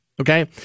Okay